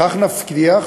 בכך נבטיח